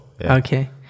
okay